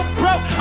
broke